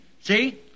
See